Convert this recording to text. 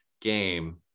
game